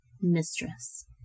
mistress